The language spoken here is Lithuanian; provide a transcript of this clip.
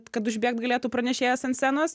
kad užbėgt galėtų pranešėjas ant scenos